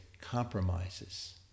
compromises